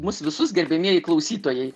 mus visus gerbiamieji klausytojai